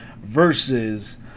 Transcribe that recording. versus